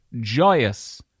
joyous